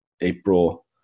April